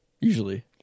Usually